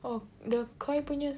oh the KOI punya